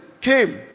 came